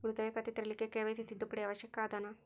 ಉಳಿತಾಯ ಖಾತೆ ತೆರಿಲಿಕ್ಕೆ ಕೆ.ವೈ.ಸಿ ತಿದ್ದುಪಡಿ ಅವಶ್ಯ ಅದನಾ?